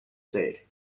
said